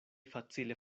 facile